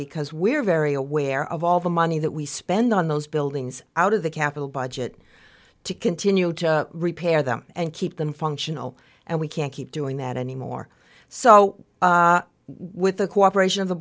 because we're very aware of all the money that we spend on those buildings out of the capital budget to continue to repair them and keep them functional and we can't keep doing that anymore so with the cooperation of the